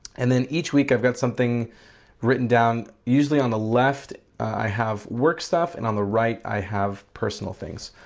and then each week i've got something written down usually on the left i have work stuff and on the right i have personal things.